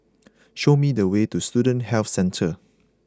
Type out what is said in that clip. show me the way to Student Health Centre